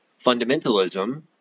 Fundamentalism